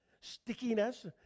stickiness